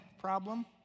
problem